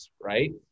right